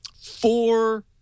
four